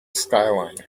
skyline